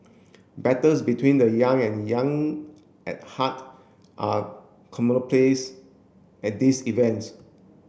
battles between the young and young at heart are commonplace at these events